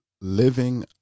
living